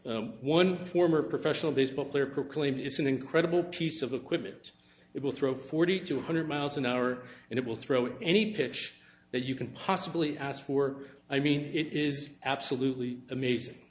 one former professional baseball player proclaimed it's an incredible piece of equipment it will throw forty two hundred miles an hour and it will throw any pitch that you can possibly ask for i mean it is absolutely amazing